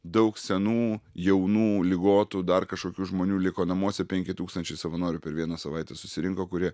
daug senų jaunų ligotų dar kažkokių žmonių liko namuose penki tūkstančiai savanorių per vieną savaitę susirinko kurie